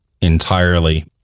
entirely